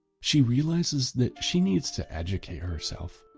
she realizes that she needs to educate herself.